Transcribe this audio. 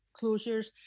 closures